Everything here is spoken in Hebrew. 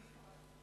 אדוני